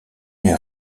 une